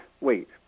wait